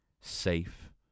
safe